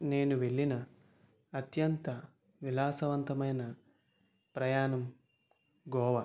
నేను వెళ్ళిన అత్యంత విలాసవంతమైన ప్రయాణం గోవా